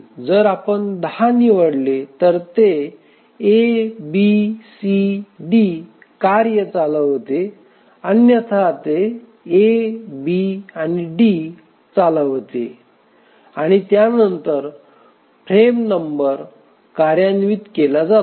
जर आपण 10 निवडले तर ते A B C D चालवते अन्यथा ते A B D चालवते आणि त्यानंतर फ्रेम नंबर कार्यान्वित केला जातो